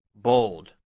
Bold